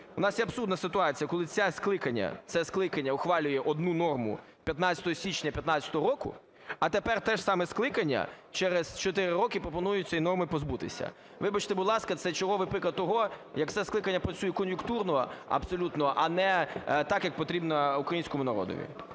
У нас є абсурдна ситуація, коли це скликання ухвалює одну норму – 15 січня 15-го року, а тепер те ж саме скликання через 4 роки пропонує цієї норми позбутися. Вибачте, будь ласка, це черговий приклад того, як це скликання працює кон'юнктурно абсолютно, а не так, як потрібно українському народові.